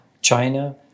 China